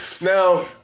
Now